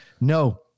no